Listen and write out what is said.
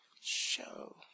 Show